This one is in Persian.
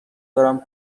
دارم